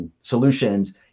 solutions